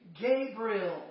Gabriel